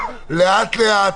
לאט-לאט,